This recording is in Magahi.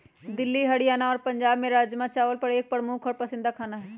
दिल्ली हरियाणा और पंजाब में राजमा चावल एक प्रमुख और पसंदीदा खाना हई